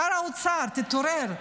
שר האוצר, תתעורר.